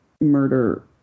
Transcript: murder